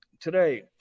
today